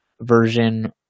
version